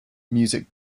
music